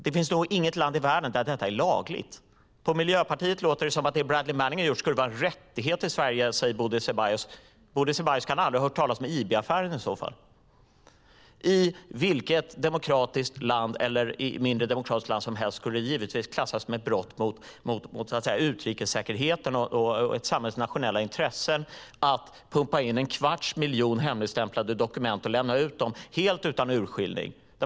På Bodil Ceballos låter det som att det Bradley Manning har gjort skulle vara en rättighet i Sverige. Bodil Ceballos kan i så fall aldrig ha hört talas om IB-affären. I vilket demokratiskt land eller mindre demokratiskt land som helst skulle det givetvis klassas som ett brott mot utrikessäkerheten och ett samhälles nationella intressen att pumpa in en kvarts miljon hemligstämplade dokument och lämna ut dem helt utan urskiljning.